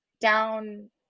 down